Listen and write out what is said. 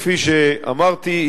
כפי שאמרתי,